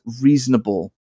reasonable